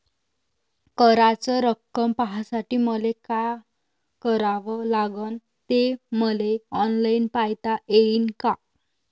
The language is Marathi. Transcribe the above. कराच रक्कम पाहासाठी मले का करावं लागन, ते मले ऑनलाईन पायता येईन का?